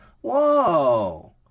Whoa